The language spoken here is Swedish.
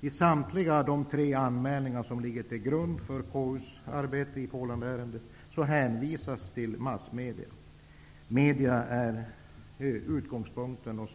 I samtliga de tre anmälningar som ligger till grund för KU:s arbete i Polenärendet hänvisas det till massmedia. Media är utgångspunkten.